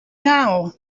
now